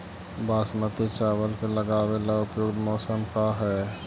बासमती चावल के लगावे ला उपयुक्त मौसम का है?